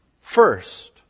first